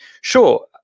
sure